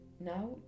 now